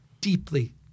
deeply